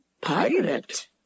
Pirate